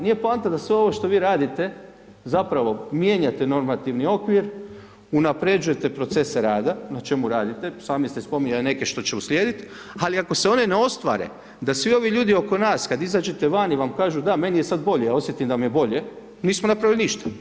Nije poanta da se ovo što vi radite, zapravo mijenjate normativni okvir, unapređujete procese rada, na čemu radite sami ste spominjali neke što će uslijedit, ali ako se one ne ostvare da svi ovi ljudi oko nas kad izađete vani vam kažu, da meni je sad bolje ja osjetim da mi je bolje, nismo napravili ništa.